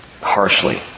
harshly